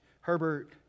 Herbert